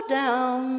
down